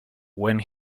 when